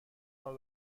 ماه